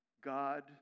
God